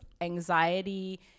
anxiety